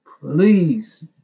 Please